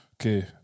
okay